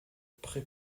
pré